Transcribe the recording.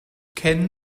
ken